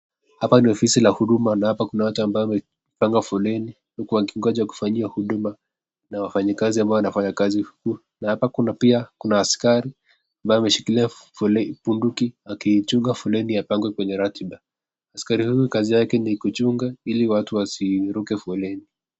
Hapa ni ofisi ya huduma, na hapa kuna watu waliopanga foleni huku wakingoja kufanyiwa huduma na wafanyikazi wanaofanya kazi huku. Na hapa pia kuna askari ambaye ameshikilia bunduki akichunga foleni apange kwenye ratiba. Askari huyu kazi yake ni kuchunga ili watu waeze wasiruke foleni.